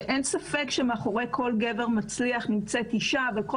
אין ספק שמאחורי כל גבר מצליח נמצאת אישה וכל